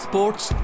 Sports